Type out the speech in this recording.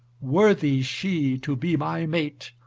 worthy she to be my mate,